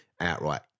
outright